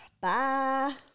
Bye